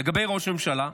לגבי ראש הממשלה,